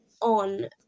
on